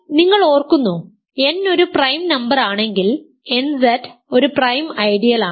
അതിനാൽ നിങ്ങൾ ഓർക്കുന്നോ n ഒരു പ്രൈം നമ്പറാണെങ്കിൽ nZ ഒരു പ്രൈം ഐഡിയലാണ്